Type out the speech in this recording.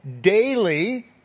daily